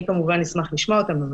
אני כמובן אשמח לשמוע אותם,